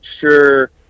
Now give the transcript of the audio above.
sure